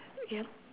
yup